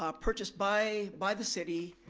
um purchased by by the city,